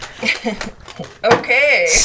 okay